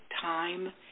time